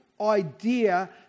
idea